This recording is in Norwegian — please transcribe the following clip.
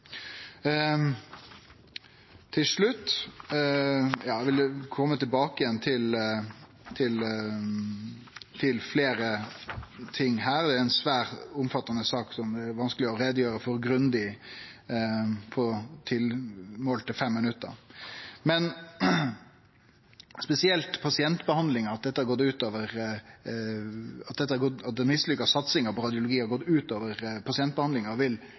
Til slutt: Eg vil kome tilbake til fleire ting her; det er ei svært omfattande sak som det er vanskeleg å gjere grundig greie for på tilmålte 5 minutt. Men at den mislykka satsinga på radiologi har gått ut over pasientbehandlinga, vil komiteen trekkje fram som spesielt problematisk. Det er fordi det ikkje har blitt styrt ut frå nytte og